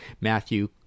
Matthew